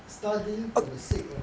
studying for the sake of